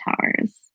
towers